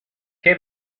che